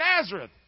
Nazareth